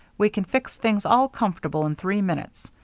we can fix things all comfortable in three minutes.